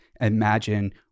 imagine